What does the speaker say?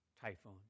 typhoon